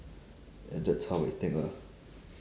ya that's how I think lah